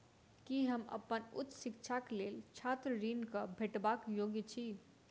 की हम अप्पन उच्च शिक्षाक लेल छात्र ऋणक भेटबाक योग्य छी?